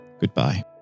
goodbye